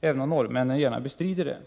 även om norrmännen bestrider det.